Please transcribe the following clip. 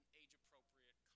age-appropriate